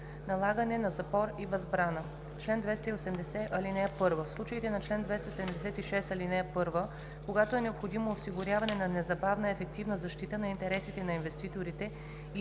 „Налагане на запор и възбрана Чл. 280. (1) В случаите на чл. 276, ал. 1, когато е необходимо осигуряване на незабавна ефективна защита на интересите на инвеститорите